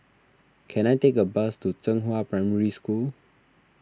can I take a bus to Zhenghua Primary School